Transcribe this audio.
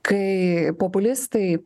kai populistai